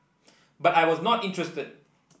but I was not interested